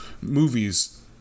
movies